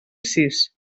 sis